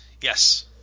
yes